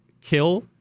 kill